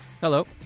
Hello